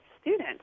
students